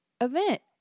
event